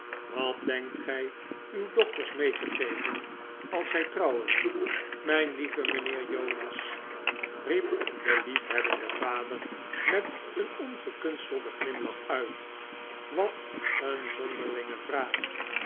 wat denkt gij uw dochters mee te geven als zij trouwen mijn lieve mijnheer jonas riep de liefhebbende vader met een ongekunstelden glimlach uit wat een zonderlinge vraag